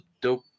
dope